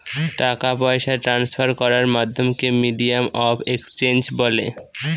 টাকা পয়সা ট্রান্সফার করার মাধ্যমকে মিডিয়াম অফ এক্সচেঞ্জ বলে